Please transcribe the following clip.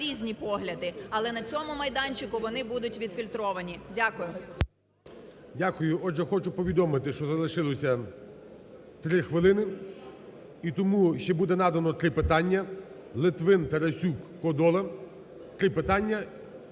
різні погляди, але на цьому майданчику вони будуть відфільтровані. Дякую. ГОЛОВУЮЧИЙ. Дякую. Отже, хочу повідомити, що залишилося 3 хвилини, і тому ще буде надано три питання: Литвин, Тарасюк, Кодола. Три питання.